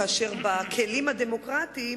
כאשר בכלים הדמוקרטיים